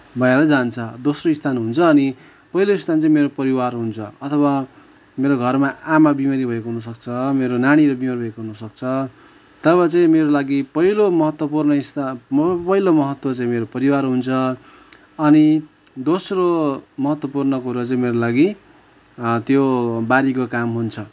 भएर जान्छ दोस्रो स्थान हुन्छ अनि पहिलो स्थान चाहिँ मेरो परिवार हुन्छ अथवा मेरो घरमा आमा बिमारी भएको हुन सक्छ मेरो नानीहरू बिमार भएको हुन सक्छ तब चाहिँ मेरो लागि पहिलो महत्त्वपूर्ण स्थान म पहिलो महत्त्व चाहिँ मेरो परिवार हुन्छ अनि दोस्रो महत्त्वपूर्ण कुरो चाहिँ मेरो लागि त्यो बारीको काम हुन्छ